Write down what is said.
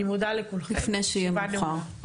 אני מודה לכולכם, הישיבה נעולה.